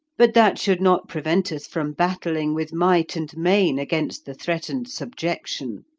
but that should not prevent us from battling with might and main against the threatened subjection.